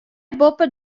boppe